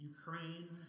Ukraine